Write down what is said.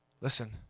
Listen